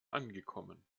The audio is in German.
angekommen